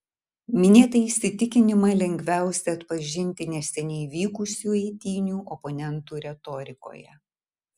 minėtą įsitikinimą lengviausia atpažinti neseniai vykusių eitynių oponentų retorikoje